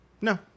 no